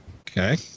okay